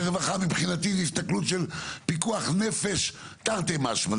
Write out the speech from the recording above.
שרווחה מבחינתי זו הסתכלות של פיקוח נפש תרתי משמע,